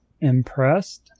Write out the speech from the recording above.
impressed